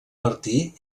martí